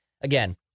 Again